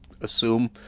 assume